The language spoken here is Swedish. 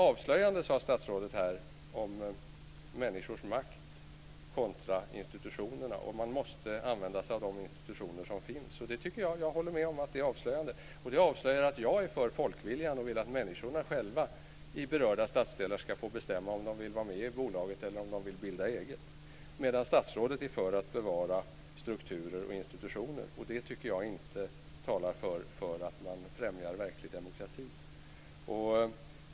Avslöjande, sade statsrådet här om människors makt kontra institutionerna och om man måste använda sig av de institutioner som finns. Och jag håller med om att det är avslöjande. Det avslöjar att jag är för folkviljan och vill att människorna själva i berörda stadsdelar ska få bestämma om de vill vara med i bolaget eller om de vill bilda eget, medan statsrådet är för att bevara strukturer och institutioner. Det tycker jag inte talar för att man främjar verklig demokrati.